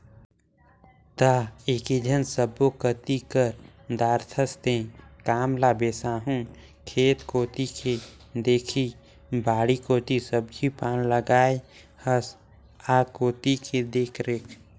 त एकेझन सब्बो कति कर दारथस तें काम ल बिसाहू खेत कोती के देखही बाड़ी कोती सब्जी पान लगाय हस आ कोती के देखरेख